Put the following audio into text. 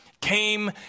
came